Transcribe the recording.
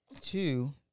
Two